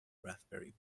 raspberry